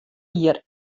jier